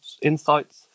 Insights